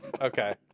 Okay